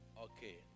Okay